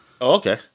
okay